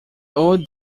old